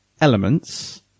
elements